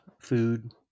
food